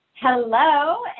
Hello